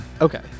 Okay